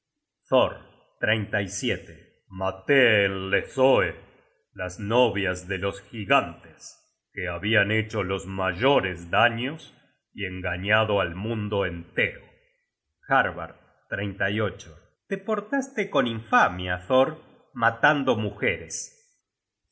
thor maté en hlessoe las novias de los gigantes que habian hecho los mayores daños y engañado al mundo entero harbard te portaste con infamia thor matando mujeres